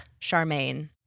Charmaine